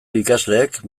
ikasleek